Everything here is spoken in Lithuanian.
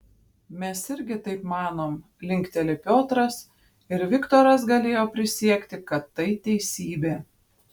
mes irgi taip manom linkteli piotras ir viktoras galėjo prisiekti kad tai teisybė